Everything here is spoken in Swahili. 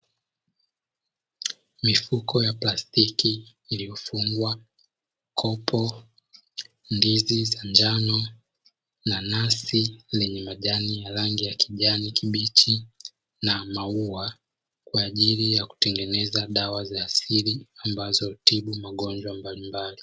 Mifuko ya plastiki iliyofungwa kopo, ndizi za njano, nanasi lenye majani ya rangi ya kijani kibichi na maua; kwa ajili ya kutengeneza dawa za asili ambazo hutibu magonjwa mbalimbali.